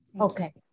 Okay